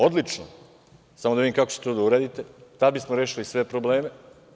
Odlično, samo da vidim kako ćete to da uradite, tad bismo rešili sve probleme.